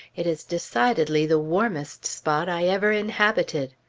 it is decidedly the warmest spot i ever inhabited.